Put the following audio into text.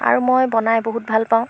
আৰু মই বনাই বহুত ভালপাওঁ